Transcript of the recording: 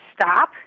stop